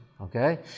Okay